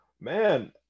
man